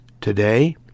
today